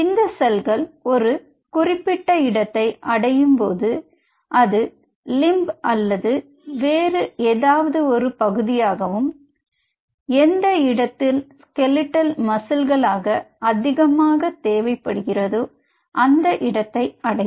இந்த செல்கள் ஒரு குறிப்பிட்ட இடத்தை அடையும்போது அது லிம்ப் அல்லது வேறு ஏதாவது ஒரு பகுதியாகவும் எந்த இடத்தில் ஸ்கெலிடல் மசில்களாக அதிகமாக தேவைப்படுகிறதோ அந்த இடத்தை அடையும்